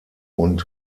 und